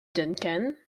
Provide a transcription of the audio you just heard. duncan